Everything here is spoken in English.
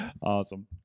Awesome